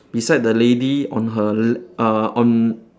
beside the lady on her le~ uh on